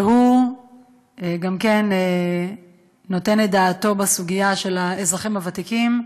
שגם כן נותן את דעתו בסוגיה של האזרחים הוותיקים,